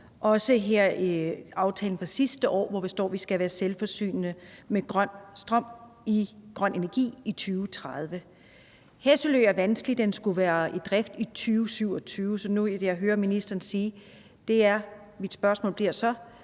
og i aftalen fra sidste år står der, at vi skal være selvforsynende med grøn energi i 2030. Hesselø er vanskelig. Den skulle være i drift i 2027, og med det, jeg hører ministeren sige, bliver mit spørgsmål så,